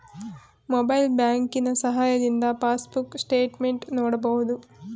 mobile ಬ್ಯಾಂಕಿನ ಸಹಾಯದಿಂದ passbook statement ನೋಡಬಹುದು